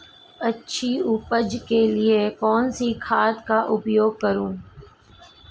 अच्छी उपज के लिए कौनसी खाद का उपयोग करूं?